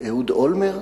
אהוד אולמרט,